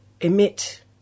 emit